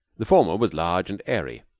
the former was large and airy,